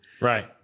Right